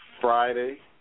Friday